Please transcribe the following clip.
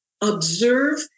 observe